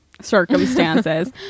circumstances